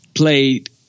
Played